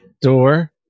Door